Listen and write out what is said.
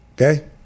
okay